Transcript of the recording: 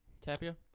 Tapia